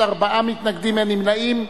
ארבעה מתנגדים, אין נמנעים.